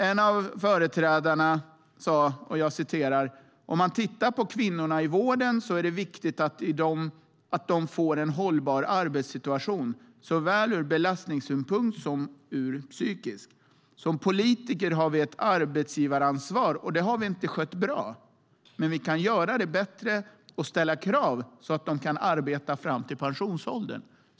En av företrädarna sade: "Om man tittar på kvinnorna i vården så är det viktigt att de får en hållbar arbetssituation, såväl ur belastningssynpunkt som ur psykisk. Som politiker har vi ett arbetsgivaransvar och det har vi inte skött bra. Men vi kan göra det bättre och ställa krav så att de kan arbeta fram till pensionsåldern."